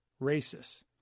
racists